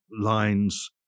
lines